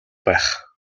байх